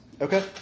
Okay